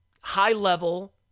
high-level